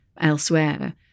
elsewhere